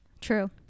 True